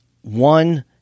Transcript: one